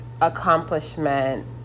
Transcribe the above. accomplishment